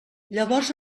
llavors